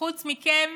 חוץ מכם